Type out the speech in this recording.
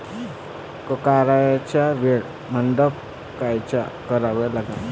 कारल्याचा वेल मंडप कायचा करावा लागन?